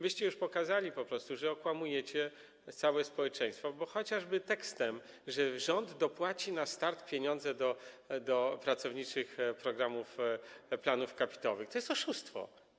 Wyście już po prostu pokazali, że okłamujecie całe społeczeństwo, bo chociażby tekst, że rząd dopłaci na start pieniądze do pracowniczych programów planów kapitałowych, to jest oszustwo.